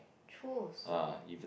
true also